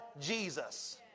Jesus